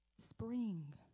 spring